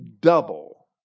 double